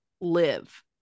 live